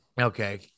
Okay